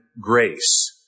grace